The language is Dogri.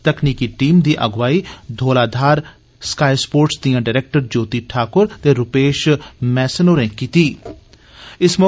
तकनीकी टीम दी अगुवाई धौलाधार स्काए स्पोर्टस दियां डरैक्टर ज्योति ठाकुर ते रूपेश मैसन होरें कीतीं